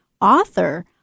author